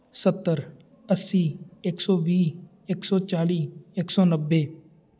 ਸੱਤਰ ਅੱਸੀ ਇੱਕ ਸੌ ਵੀਹ ਇੱਕ ਸੌ ਚਾਲ੍ਹੀ ਇੱਕ ਸੌ ਨੱਬੇ